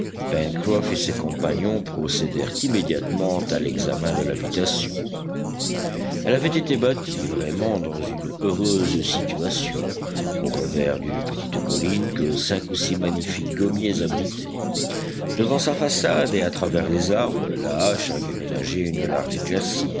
et ses compagnons procédèrent immédiatement à l'examen de l'habitation elle avait été bâtie vraiment dans une heureuse situation au revers d'une petite colline que cinq ou six magnifiques gommiers abritaient devant sa façade et à travers les arbres la hache avait ménagé une large éclaircie